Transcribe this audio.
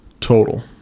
total